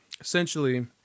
essentially